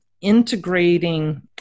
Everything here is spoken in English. integrating